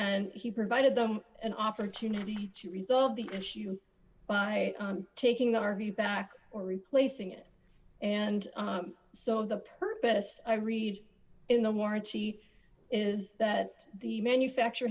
and he provided them an opportunity to resolve the issue by taking the r v back or replacing it and so the purpose i read in the warrant she is that the manufacturer